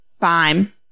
fine